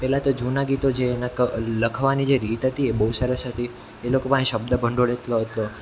પહેલાં તો જૂના ગીતો જે લખવાની જે રીત હતી એ બહુ સરસ હતી એ લોકો પાસે શબ્દભંડોળ એટલો હતો